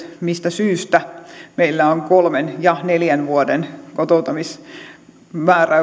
mistä syystä meillä on kolmen ja neljän vuoden kotoutumiskorvausmäärät